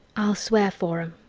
i'll swear for